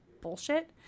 bullshit